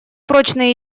прочные